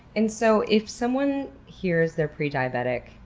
and so if someone hears they're prediabetic,